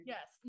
Yes